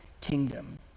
kingdom